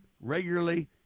Regularly